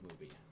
movie